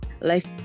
life